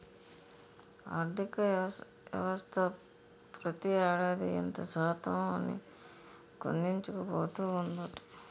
ఆర్థికవ్యవస్థ ప్రతి ఏడాది ఇంత శాతం అని కుదించుకుపోతూ ఉందట